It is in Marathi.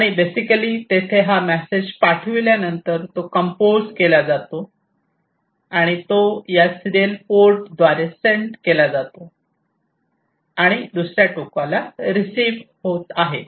आणि बेसिकली तेथे हा मेसेज पाठविल्यानंतर तो कंपोज केला जातो आणि तो या सीरियल पोर्टद्वारे सेंट केला जातो आणि दुसर्या टोकाला रिसीव्ह होत आहे